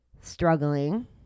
struggling